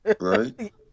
Right